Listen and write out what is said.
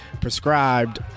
prescribed